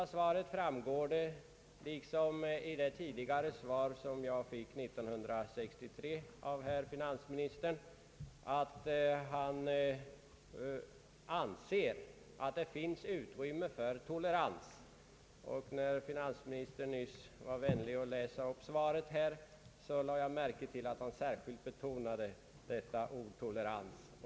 Av svaret framgår, liksom av det tidigare svar som jag fick 1963 av herr finansministern, att han anser att det finns utrymme för tolerans, och när finansministern nyss var vänlig läsa upp svaret här lade jag märke till att han särskilt betonade ordet >»tolerans».